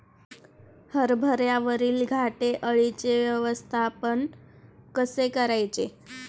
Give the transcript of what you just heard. हरभऱ्यावरील घाटे अळीचे व्यवस्थापन कसे करायचे?